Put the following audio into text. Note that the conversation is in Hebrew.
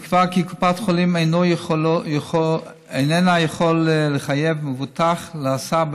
נקבע כי קופת חולים איננה יכולה לחייב מבוטח להסעה